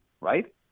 right